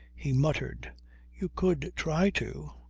he muttered you could try to.